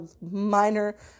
minor